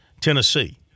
Tennessee